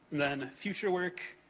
then future work,